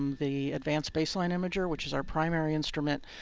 the advanced baseline imager, which is our primary instrument,